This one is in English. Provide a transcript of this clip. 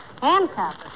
Handcuffs